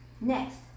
Next